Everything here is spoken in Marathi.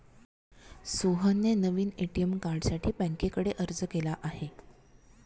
सोहनने नवीन ए.टी.एम कार्डसाठी बँकेकडे अर्ज केला आहे